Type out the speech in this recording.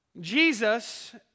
Jesus